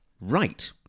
Right